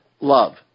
love